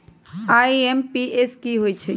IMPS की होईछइ?